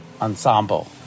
ensemble